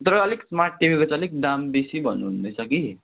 तर अलिक स्मार्ट टिभीको चाहिँ अलिक दाम बेसी भन्नुहुँदैछ कि